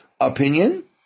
opinion